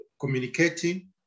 communicating